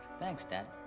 thanks dad.